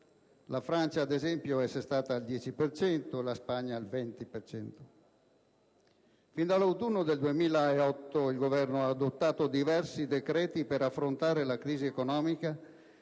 La Francia, ad esempio, è assestata al 10 per cento e la Spagna al 20 per cento. Fin dall'autunno del 2008 il Governo ha adottato diversi decreti per affrontare la crisi economica,